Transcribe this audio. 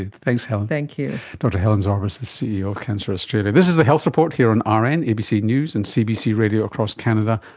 thanks helen. thanks you. sort of helen zorbas is ceo of cancer australia. this is the health report here on rn, abc news and cbc radio across canada,